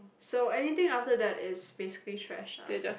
so anything after that is basically trash ah